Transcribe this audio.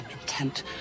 intent